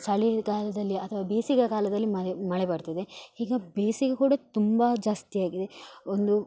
ಚಳಿಗಾಲದಲ್ಲಿ ಅಥವಾ ಬೇಸಿಗೆಗಾಲದಲ್ಲಿ ಮಳೆ ಮಳೆ ಬರ್ತದೆ ಈಗ ಬೇಸಿಗೆ ಕೂಡ ತುಂಬ ಜಾಸ್ತಿಯಾಗಿದೆ ಒಂದು